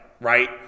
right